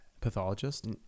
pathologist